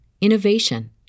innovation